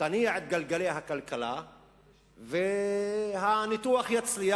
תניע את גלגלי הכלכלה והניתוח יצליח,